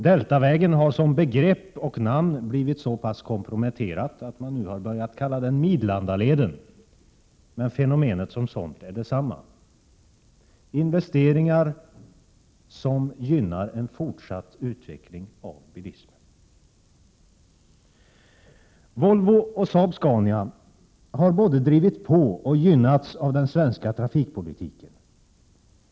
Deltavägen har som begrepp och namn blivit så pass komprometterad att man nu har börjat kalla den Midlandaleden, men fenomenet som sådant är detsamma: investeringar som gynnar en fortsatt utveckling av bilismen. Volvo och Saab-Scania har både drivit på och gynnats av den svenska trafikpolitiken.